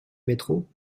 métro